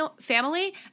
family